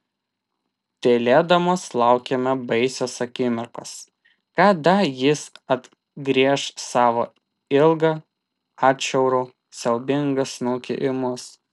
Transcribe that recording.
tylėdamos laukėme baisios akimirkos kada jis atgręš savo ilgą atšiaurų siaubingą snukį į mus